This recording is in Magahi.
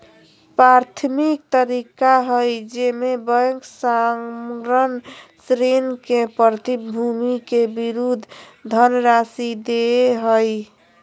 प्राथमिक तरीका हइ जेमे बैंक सामग्र ऋण के प्रतिभूति के विरुद्ध धनराशि दे हइ